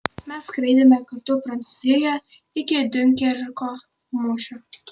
mes skraidėme kartu prancūzijoje iki diunkerko mūšio